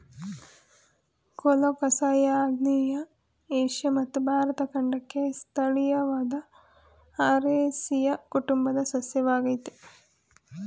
colocasia ಆಗ್ನೇಯ Asia ಮತ್ತು ಭಾರತ ಖಂಡಕ್ಕೆ ಸ್ಥಳೀಯವಾದ ಅರೇಸಿಯ ಕುಟುಂಬದ ಸಸ್ಯವಾಗಯ್ತೆ